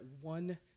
one